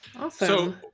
Awesome